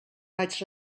vaig